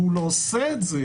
והוא לא עושה את זה,